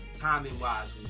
timing-wise